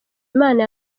imana